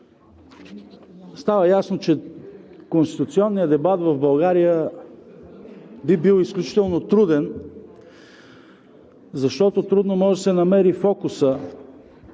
става ясно, че конституционният дебат в България би бил изключително труден, защото трудно може да се намери фокусът